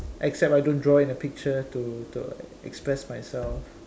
except I don't draw in a picture to to express myself